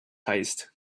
heist